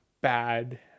bad